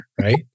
right